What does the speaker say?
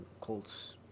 Colts